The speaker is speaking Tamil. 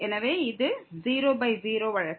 எனவே இது 0 பை 0 வழக்கு